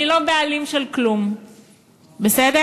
אני לא בעלים של כלום, בסדר?